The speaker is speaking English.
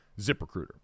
ZipRecruiter